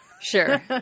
sure